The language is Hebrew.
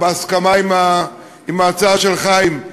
בהסכמה עם ההצעה של חיים,